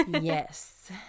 Yes